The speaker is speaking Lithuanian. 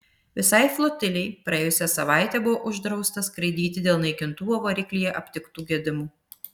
visai flotilei praėjusią savaitę buvo uždrausta skraidyti dėl naikintuvo variklyje aptiktų gedimų